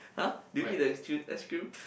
!huh! do you the scre~ ice cream